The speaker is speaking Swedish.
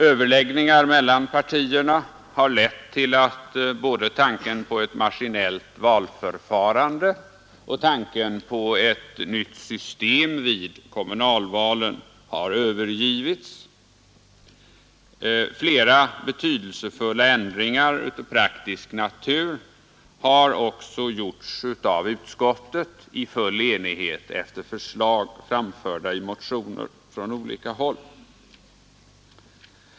Överläggningar mellan partierna har lett till att både tanken på ett maskinellt valförfarande och tanken på ett nytt system vid kommunalvalen har : övergivits. Flera betydelsefulla ändringar av praktisk natur har o gjorts av utskottet i full enighet efter förslag framförda i motioner från olika håll.